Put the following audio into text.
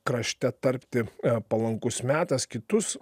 krašte tarpti palankus metas kitus